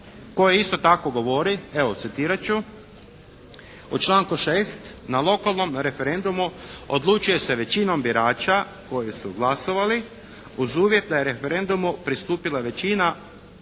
koji isto tako govori, evo citirat ću, u članku 6.: "Na lokalnom referendumu odlučuje se većinom birača koji su glasovali uz uvjet da je referendumu pristupila većina